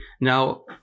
Now